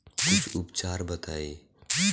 कुछ उपचार बताई?